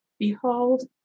Behold